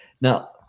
Now